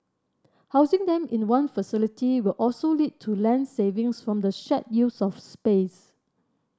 housing them in one facility will also lead to land savings from the shared use of space